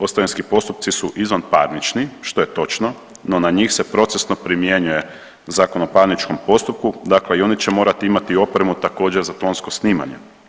Ostavinski postupci su izvanparnični što je točno, no na njih se procesno primjenjuje Zakon o parničnom postupku, dakle i ono će morati imati opremu također za tonsko snimanje.